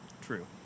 true